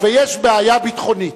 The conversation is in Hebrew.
אבל יש בעיה ביטחונית.